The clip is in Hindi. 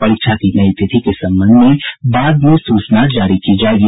परीक्षा की नयी तिथि के संबंध में बाद में सूचना जारी की जायेगी